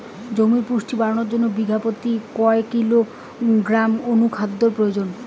জমির পুষ্টি বাড়ানোর জন্য বিঘা প্রতি কয় কিলোগ্রাম অণু খাদ্যের প্রয়োজন?